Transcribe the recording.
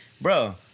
bro